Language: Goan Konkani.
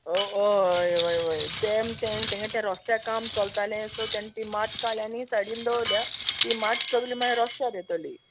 ओ हय हय हय तेम तें थिंगां तें रोस्त्या काम चोलतालें सो तेन्न ती माती काळ्या आनी सायडीन दवरल्ल्या ती मात सोगली मागीर रोस्त्यार येतली